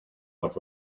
what